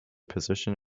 position